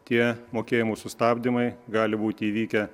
tie mokėjimų sustabdymai gali būti įvykę